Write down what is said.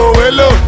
hello